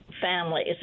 families